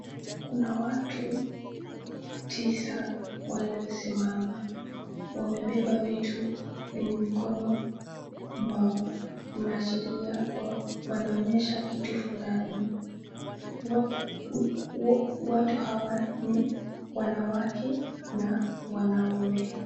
Kuna watu tisa walio simama. Wamebeba vitu kwenye mikono mwao. Inaashiria kuwa wanaonyesha kitu fulani. Watu hawa ni wanawake na wanaume.